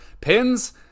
Pins